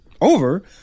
over